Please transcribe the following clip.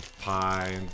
pie